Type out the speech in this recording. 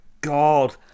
God